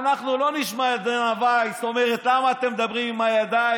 אנחנו לא נשמע את דנה ויס אומרת: למה אתם מדברים בידיים,